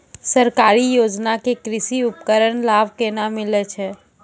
सरकारी योजना के कृषि उपकरण लाभ केना मिलै छै?